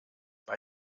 bei